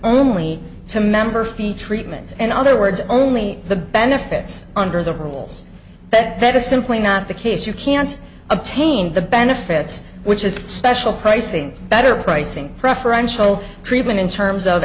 only to member fee treatment in other words only the benefits under the rules that that is simply not the case you can't obtain the benefits which is special pricing better pricing preferential treatment in terms of